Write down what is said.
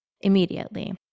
immediately